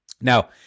Now